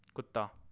कुत्ता